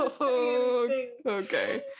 Okay